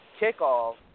kickoff